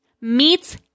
meets